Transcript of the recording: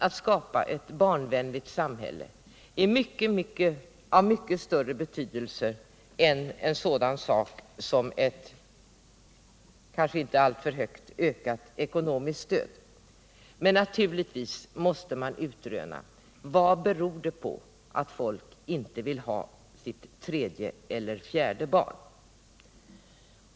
Att skapa ett barnvänligt samhälle tror jag är av mycket större betydelse än en sådan sak som ett kanske inte alltför starkt ökat ekonomiskt stöd. Men naturligtvis måste man utröna vad det beror på att människor inte vill ha ett tredje eller fjärde barn.